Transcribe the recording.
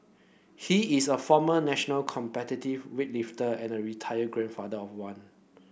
he is a former national competitive weightlifter and a retired grandfather of one